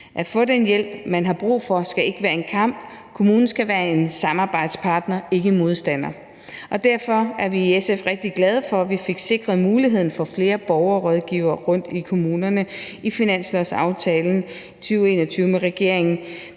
At få den hjælp, man har brug for, skal ikke være en kamp. Kommunen skal være en samarbejdspartner, ikke en modstander. Derfor er vi i SF rigtig glade for, at vi fik sikret muligheden for flere borgerrådgivere rundt i kommunerne i finanslovsaftalen for 2021 med regeringen,